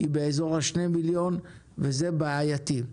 היא באזור ה-2 מיליון וזה בעייתי.